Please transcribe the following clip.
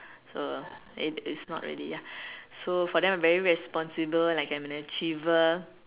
so its its not really ya so for them I'm very responsible and like I'm an achiever